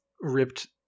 ripped